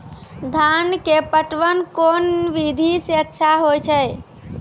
धान के पटवन कोन विधि सै अच्छा होय छै?